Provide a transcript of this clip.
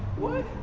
would